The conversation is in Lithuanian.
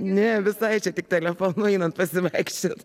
ne visai čia tik telefonu einant pasivaikščiot